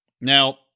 Now